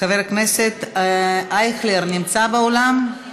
חבר הכנסת אייכלר נמצא באולם?